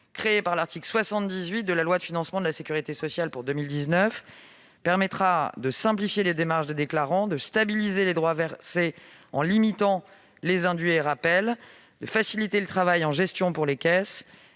créé par l'article 78 de la loi de financement de la sécurité sociale pour 2019. Cela permettra de simplifier les démarches des déclarants, de stabiliser les droits versés en limitant les indus et les rappels, de faciliter la gestion pour les caisses